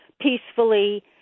peacefully